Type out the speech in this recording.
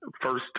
first